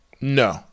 No